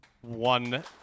one